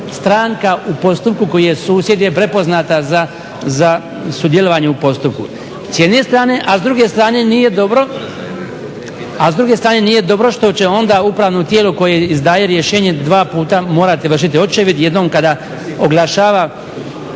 stranka u postupku koji je susjed je prepoznata za sudjelovanje u postupku s jedne strane. A s druge strane, nije dobro što će onda upravno tijelo koje izdaje rješenje dva puta morati vršiti očevid, jednom kada oglašava